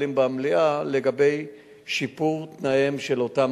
מעלים במליאה לגבי שיפור תנאיהם של אותם